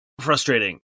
frustrating